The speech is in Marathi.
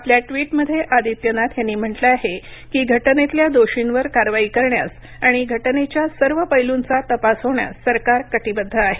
आपल्या ट्विटमध्ये आदित्यनाथ यांनी म्हटलं आहे की घटनेतल्या दोषींवर कारवाई करण्यास आणि घटनेच्या सर्व पैलूंचा तपास होण्यास राज्य सरकार कटिबद्ध आहे